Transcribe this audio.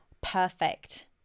perfect